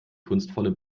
kunstvolle